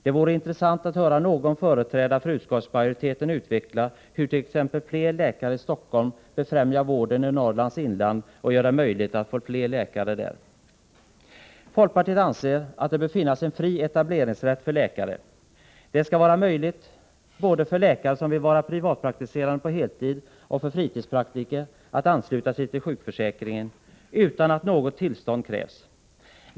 Det vore intressant att höra någon företrädare för utskottsmajoriteten utveckla hur t.ex. fler läkare i Stockholm befrämjar vården i Norrlands inland och gör det möjligt att få fler läkare där. Folkpartiet anser att det bör finnas en fri etableringsrätt för läkare. Det skall vara möjligt både för läkare som vill vara privatpraktiserande på heltid och för fritidspraktiker att ansluta sig till sjukförsäkringen utan att något tillstånd krävs.